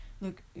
look